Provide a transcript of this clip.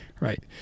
right